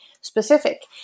specific